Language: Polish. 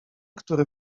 który